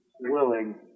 willing